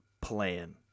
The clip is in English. plan